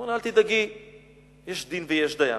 הוא אמר לה: אל תדאגי, יש דין ויש דיין.